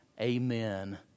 Amen